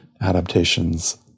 adaptations